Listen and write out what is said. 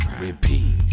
repeat